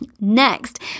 Next